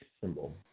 symbol